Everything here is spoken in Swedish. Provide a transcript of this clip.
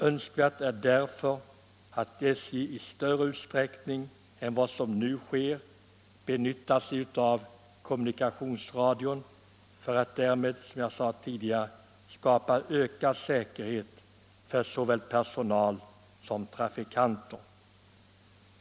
Önskvärt är därför att SJ i större utsträckning än vad som nu sker använder kommunikationsradio för att därmed, som jag nyss sade, skapa ökad säkerhet för såväl personal som trafikanter.